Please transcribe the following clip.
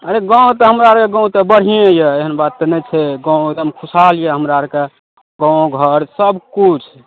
अरे गाम तऽ हमरा आओरके गाम तऽ बढ़िएँ यऽ एहन बात तऽ नहि छै गाम एकदम खुशहाल यऽ हमरा आओरके गामघर सबकिछु